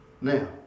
Now